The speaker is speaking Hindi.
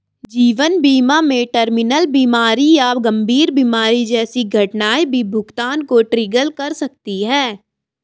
जीवन बीमा में टर्मिनल बीमारी या गंभीर बीमारी जैसी घटनाएं भी भुगतान को ट्रिगर कर सकती हैं